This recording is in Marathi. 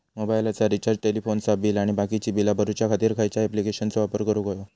मोबाईलाचा रिचार्ज टेलिफोनाचा बिल आणि बाकीची बिला भरूच्या खातीर खयच्या ॲप्लिकेशनाचो वापर करूक होयो?